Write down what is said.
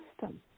system